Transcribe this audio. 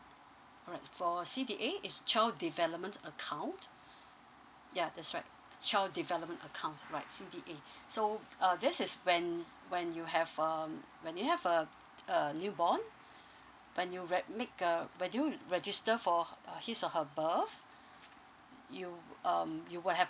alright for C_D_A is child development account ya that's right child development account right C_D_A so uh this is when when you have um when you have a a newborn when you re~ make a when you register for uh his or her birth you um you would have